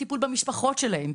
טיפול במשפחות שלהם,